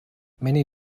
many